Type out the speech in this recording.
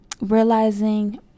realizing